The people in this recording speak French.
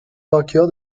vainqueur